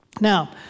Now